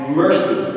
mercy